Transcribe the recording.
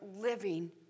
living